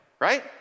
right